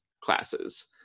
classes